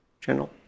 channel